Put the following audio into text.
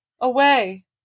away